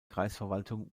kreisverwaltung